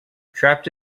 trapped